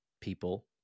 people